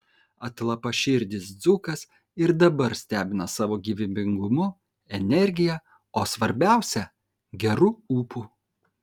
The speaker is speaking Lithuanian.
atlapaširdis dzūkas ir dabar stebina savo gyvybingumu energija o svarbiausia geru ūpu